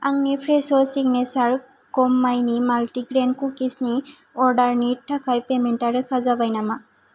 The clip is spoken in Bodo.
आंनि फ्रेस' सिगनेसार गम माइनि माल्टिग्रेन कुकिसनि अर्डारनि थाखाय पेमेन्टा रोखा जाबाय नामा